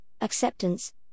acceptance